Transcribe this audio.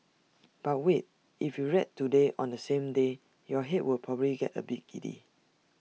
but wait if you read today on the same day your Head will probably get A bit giddy